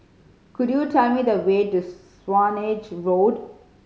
could you tell me the way to Swanage Road